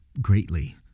greatly